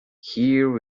here